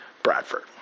Bradford